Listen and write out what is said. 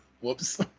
whoops